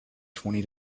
twenty